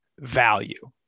value